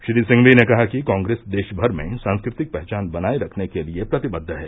श्री सिंघवी ने कहा कि कांग्रेस देशभर में सांस्कृतिक पहचान बनाये रखने के लिए प्रतिबद्ध है